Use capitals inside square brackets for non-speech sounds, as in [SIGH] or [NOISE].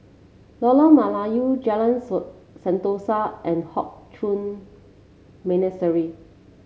Lorong Melayu Jalan [UNINTELLIGIBLE] Sentosa and Hock Chuan Monastery